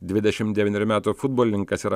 dvidešimt devynerių metų futbolininkas yra